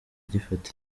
gifata